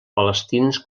palestins